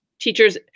teachers